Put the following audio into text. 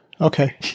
Okay